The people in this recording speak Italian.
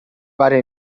fare